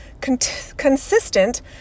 consistent